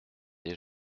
des